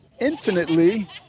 infinitely